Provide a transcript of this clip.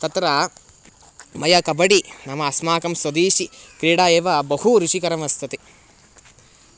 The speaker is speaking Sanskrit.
तत्र मया कबडि नाम अस्माकं स्वदेशी क्रीडा एव बहु रुचिकरी वर्तते